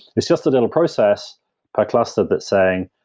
it's just a little process per cluster that's saying,